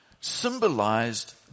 symbolized